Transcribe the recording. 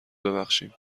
بخشیم